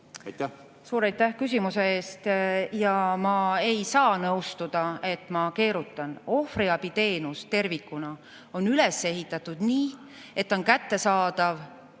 Suur aitäh küsimuse eest! Ma ei saa nõustuda, et ma keerutan. Ohvriabiteenus tervikuna on üles ehitatud nii, et see on kättesaadav